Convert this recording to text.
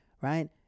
Right